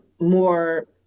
more